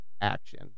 Action